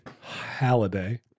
Halliday